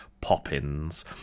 Poppins